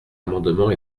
amendement